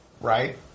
Right